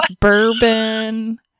bourbon